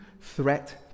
threat